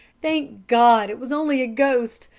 thank god! it was only a ghost!